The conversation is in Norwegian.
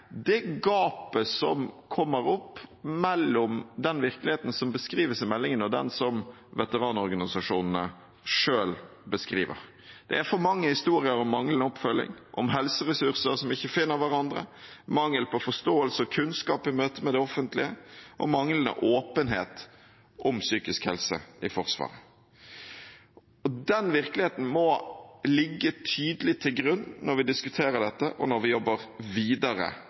det gapet som kommer opp mellom den virkeligheten som beskrives i meldingen, og den som veteranorganisasjonene selv beskriver. Det er for mange historier om manglende oppfølging, om helseressurser som ikke finner hverandre, mangel på forståelse og kunnskap i møte med det offentlige og manglende åpenhet om psykisk helse i Forsvaret. Den virkeligheten må ligge tydelig til grunn når vi diskuterer dette, og når vi jobber videre